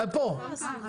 הם פה.